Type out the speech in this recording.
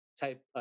type